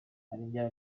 arengera